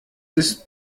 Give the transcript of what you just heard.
ist